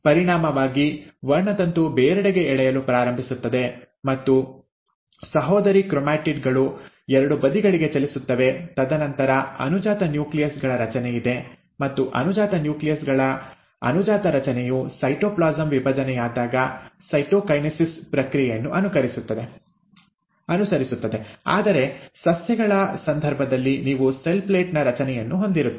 ಪರಿಣಾಮವಾಗಿ ವರ್ಣತಂತು ಬೇರೆಡೆಗೆ ಎಳೆಯಲು ಪ್ರಾರಂಭಿಸುತ್ತದೆ ಮತ್ತು ಸಹೋದರಿ ಕ್ರೊಮ್ಯಾಟಿಡ್ ಗಳು ಎರಡು ಬದಿಗಳಿಗೆ ಚಲಿಸುತ್ತವೆ ತದನಂತರ ಅನುಜಾತ ನ್ಯೂಕ್ಲಿಯಸ್ ಗಳ ರಚನೆಯಿದೆ ಮತ್ತು ಅನುಜಾತ ನ್ಯೂಕ್ಲಿಯಸ್ ಗಳ ಅನುಜಾತ ರಚನೆಯು ಸೈಟೋಪ್ಲಾಸಂ ವಿಭಜನೆಯಾದಾಗ ಸೈಟೊಕೈನೆಸಿಸ್ ಪ್ರಕ್ರಿಯೆಯನ್ನು ಅನುಸರಿಸುತ್ತದೆ ಆದರೆ ಸಸ್ಯಗಳ ಸಂದರ್ಭದಲ್ಲಿ ನೀವು ಸೆಲ್ ಪ್ಲೇಟ್ ನ ರಚನೆಯನ್ನು ಹೊಂದಿರುತ್ತೀರಿ